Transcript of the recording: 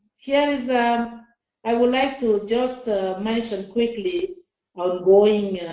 here is i would like to just mention quickly a growing